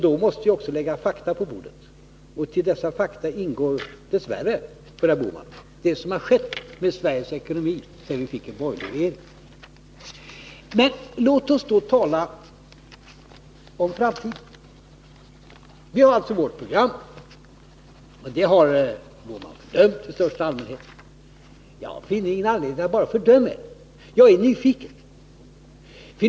Då måste jag också lägga fakta på bordet, och i dessa fakta ingår — dess värre för herr Bohman — det som har skett med Sveriges ekonomi sedan vi fick en borgerlig regering. Men låt oss tala om framtiden. Vi har vårt program. Det har Gösta Bohman fördömt i största allmänhet. Men jag finner ingen anledning att bara fördöma er. Jag är nyfiken.